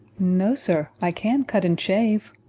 no, sir i can cut and shave.